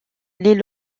les